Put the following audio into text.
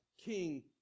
King